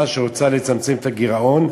לממשלה, שרוצה לצמצם את הגירעון,